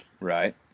Right